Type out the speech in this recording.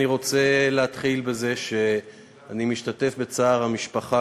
אני רוצה להתחיל בזה שאני משתתף בצער המשפחה,